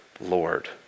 Lord